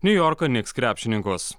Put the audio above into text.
niujorko knicks krepšininkus